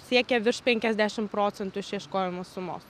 siekia virš penkiasdešim procentų išieškojimo sumos